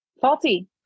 faulty